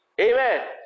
Amen